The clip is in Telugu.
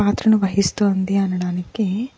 పాత్రను వహిస్తోంది అనడానికి